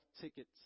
tickets